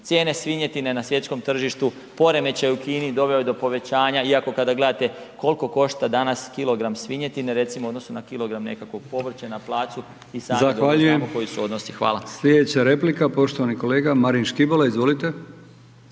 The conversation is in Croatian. Cijene svinjetine na svjetskom tržištu poremećaj u Kini doveo je do povećanja, iako kada gledate koliko košta danas kilogram svinjetine recimo u odnosu na kilogram nekakvog povrća na placu i …/Upadica: Zahvaljujem/… i sami znamo koji su odnosi. Hvala. **Brkić, Milijan (HDZ)** Slijedeća replika poštovani kolega Marin Škibola, izvolite.